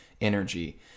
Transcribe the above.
energy